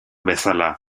bezala